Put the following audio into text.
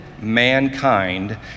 mankind